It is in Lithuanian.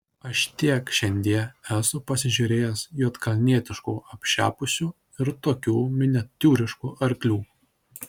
aš tiek šiandie esu pasižiūrėjęs juodkalnietiškų apšepusių ir tokių miniatiūriškų arklių